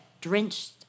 drenched